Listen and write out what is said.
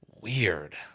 Weird